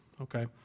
Okay